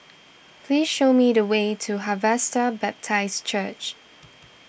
please show me the way to Harvester Baptist Church